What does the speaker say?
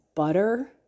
Butter